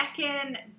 second